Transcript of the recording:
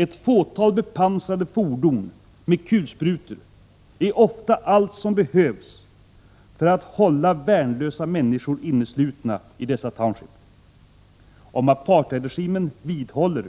Ett fåtal bepansrade fordon med kulsprutor är ofta allt som behövs för att hålla värnlösa människor inneslutna i dessa townships. Om apartheidregimen vidhåller